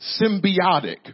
symbiotic